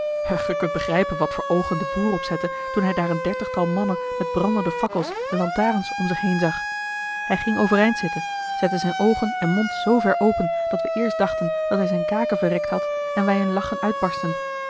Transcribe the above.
begrijpen wat voor oogen de boer opzette toen hij daar een dertigtal mannen met brandende fakkels en lantarens om zich heen zag hij ging overeind zitten zette zijne oogen en mond z ver open dat we eerst dachten dat hij zijne kaken verrekt had en wij in lachen uitbarstten